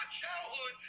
childhood